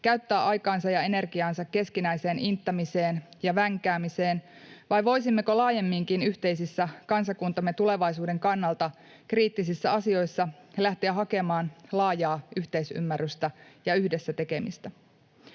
käyttää aikaansa ja energiaansa keskinäiseen inttämiseen ja vänkäämiseen vai voisimmeko laajemminkin yhteisissä, kansakuntamme tulevaisuuden kannalta kriittisissä asioissa lähteä hakemaan laajaa yhteisymmärrystä ja yhdessä tekemistä.